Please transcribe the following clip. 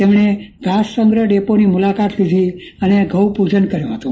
તેમને ઘાસ સંગ્રહ ડેપોની મુલાકાત લીધી હતી અને ગૌપૂજન કર્યું હતું